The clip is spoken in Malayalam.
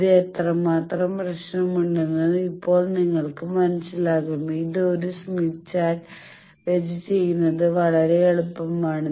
ഇത് എത്രമാത്രം പ്രശ്നമുണ്ടെന്ന് ഇപ്പോൾ നിങ്ങൾക്ക് മനസ്സിലാകും ഇത് ഒരു സ്മിത്ത് ചാർട്ട് വെച്ച് ചെയ്യുന്നത് വളരെ എളുപ്പമാണ്